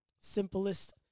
simplest